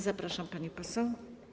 Zapraszam, pani poseł.